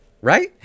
right